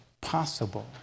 possible